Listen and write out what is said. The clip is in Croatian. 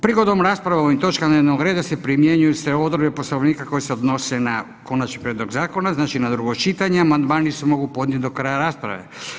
Prigodom rasprave o ovim točkama dnevnog reda se primjenjuju se odredbe Poslovnika koje se odnose na konačni prijedlog zakona, znači na drugo čitanje, amandmani se mogu podnijeti do kraja rasprave.